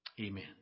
Amen